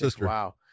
wow